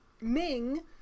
Ming